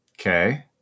Okay